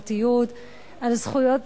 על הזכות לפרטיות,